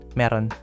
meron